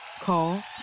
Call